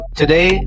today